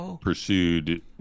pursued